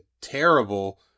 terrible